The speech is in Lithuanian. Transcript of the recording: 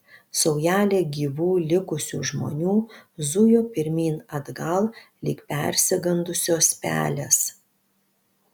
saujelė gyvų likusių žmonių zujo pirmyn atgal lyg persigandusios pelės